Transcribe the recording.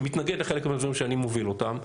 שמתנגד לחלק מהדברים שאני מוביל אותם.